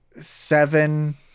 seven